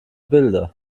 bilder